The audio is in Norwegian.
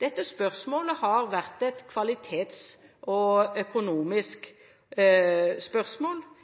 Dette har vært et kvalitets- og